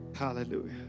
hallelujah